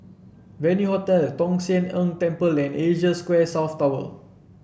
Venue Hotel Tong Sian Tng Temple and Asia Square South Tower